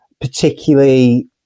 particularly